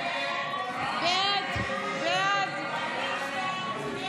הסתייגות 84 לא